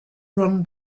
run